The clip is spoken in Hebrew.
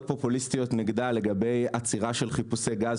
פופוליסטיות נגדה לגבי עצירה של חיפושי גז,